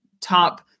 top